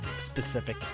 specific